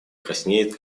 краснеет